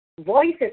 voices